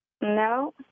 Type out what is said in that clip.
No